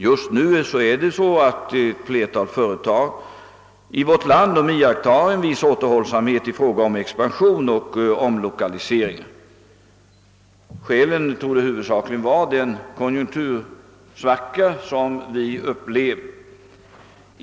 Jag vill också framhålla att ett flertal företag i vårt land just nu iakttar en viss återhållsamhet i fråga om expansion och omlokalisering. Skälen härtill torde huvudsakligen sammanhänga med den konjunktursvacka som vi för närvarande upplever.